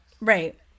Right